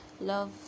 love